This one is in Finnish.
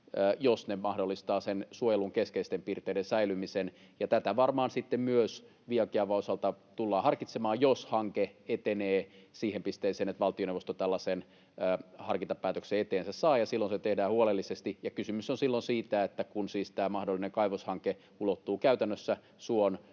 jos ne mahdollistavat sen suojelun keskeisten piirteiden säilymisen. Tätä varmaan sitten myös Viiankiaavan osalta tullaan harkitsemaan, jos hanke etenee siihen pisteeseen, että valtioneuvosto tällaisen harkintapäätöksen eteensä saa, ja silloin se tehdään huolellisesti. Kysymys on silloin siitä, että kun siis tämä mahdollinen kaivoshanke ulottuu käytännössä suon